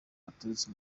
baturutse